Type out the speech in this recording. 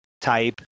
type